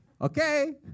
Okay